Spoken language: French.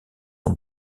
sont